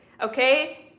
okay